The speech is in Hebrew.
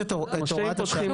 עוד פעם,